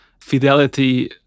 fidelity